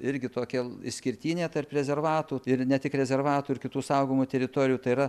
irgi tokia išskirtinė tarp rezervatų ir ne tik rezervatų ir kitų saugomų teritorijų tai yra